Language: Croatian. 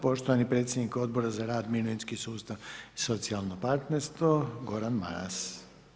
Poštovani predsjednik Odbora za rad, mirovinski sustav i socijalno partnerstvo, Gordan Maras.